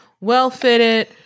Well-fitted